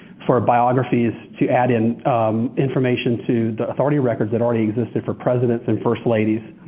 for biographies to add in information to the authority records that already existed for presidents and first ladies.